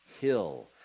hill